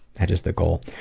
that is the goal.